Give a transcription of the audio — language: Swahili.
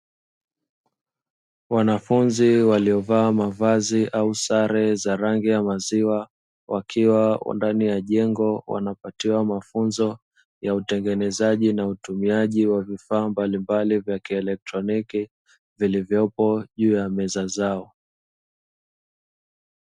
Wanafunzi waliovaa mavazi au sare za rangi ya maziwa, wakiwa ndani ya jengo wanapatiwa mafunzo ya utengenezaji na utumiaji wa vifaa mbalimbali vya kielektroniki vilivyopo juu ya meza zao.